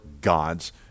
God's